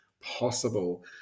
possible